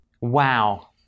Wow